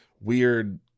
weird